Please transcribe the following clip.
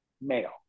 male